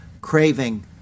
craving